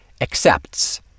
accepts